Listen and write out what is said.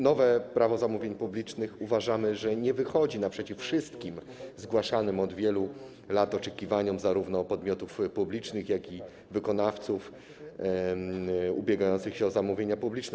Nowe Prawo zamówień publicznych, uważamy, nie wychodzi naprzeciw wszystkim zgłaszanym od wielu lat oczekiwaniom zarówno podmiotów publicznych, jak i wykonawców ubiegających się o zamówienia publiczne.